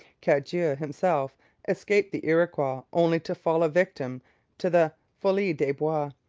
cadieux himself escaped the iroquois, only to fall a victim to the folie des bois,